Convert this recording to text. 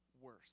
worse